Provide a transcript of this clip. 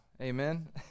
Amen